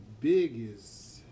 biggest